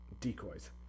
decoys